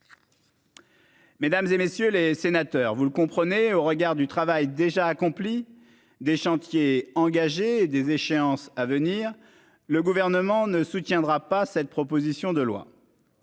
Mesdames, et messieurs les sénateurs, vous le comprenez au regard du travail déjà accompli des chantiers engagés des échéances à venir. Le gouvernement ne soutiendra pas cette proposition de loi.